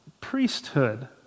priesthood